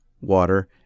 water